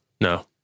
No